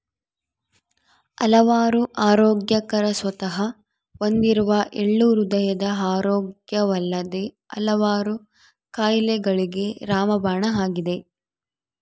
ಹಲವಾರು ಆರೋಗ್ಯಕರ ಸತ್ವ ಹೊಂದಿರುವ ಎಳ್ಳು ಹೃದಯದ ಆರೋಗ್ಯವಲ್ಲದೆ ಹಲವಾರು ಕಾಯಿಲೆಗಳಿಗೆ ರಾಮಬಾಣ ಆಗಿದೆ